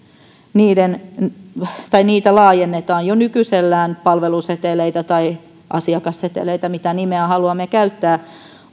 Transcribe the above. niitä käyttöä laajennetaan jo nykyisellään palveluseteleitä tai asiakasseteleitä mitä nimeä haluamme käyttää